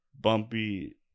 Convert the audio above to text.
bumpy